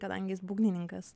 kadangi jis būgnininkas